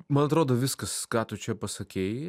man atrodo viskas ką tu čia pasakei